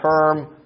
term